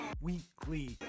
weekly